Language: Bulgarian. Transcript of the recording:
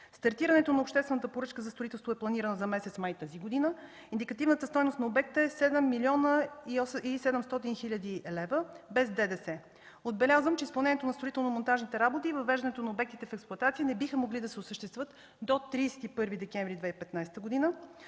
Стартирането на обществена поръчка за строителство е планирана за месец май тази година. Индикативната стойност на обекта е 7 млн. 700 хил. лв., без ДДС. Отбелязвам, че изпълнението на строително-монтажните работи и въвеждането на обектите в експлоатация не биха могли да се осъществят до 31 декември 2015 г.